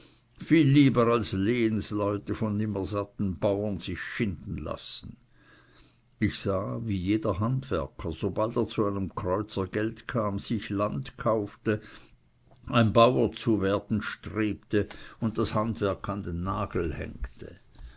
viel lieber als lehnsleute sonst sich schinden lassen ich sah wie jeder handwerker sobald er zu einem kreuzer geld kam sich land kaufte ein bauer zu werden strebte und das handwerk an den nagel hängte